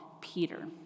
Peter